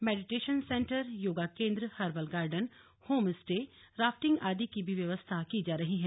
meditation centre yoga केन्द्र herbal garden home stay rafting आदि की व्यवस्था भी की जा रही है